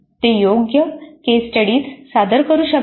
ते योग्य case studies सादर करू शकतात